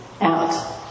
out